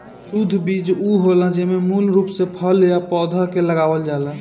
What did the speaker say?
शुद्ध बीज उ होला जेमे मूल रूप से फल या पौधा के लगावल जाला